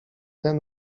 ten